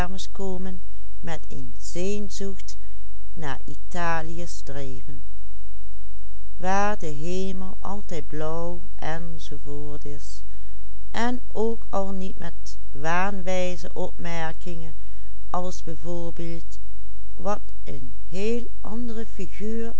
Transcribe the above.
waar de hemel altijd blauw enz is en ook al niet met waanwijze opmerkingen als bijv wat een heel andere figuur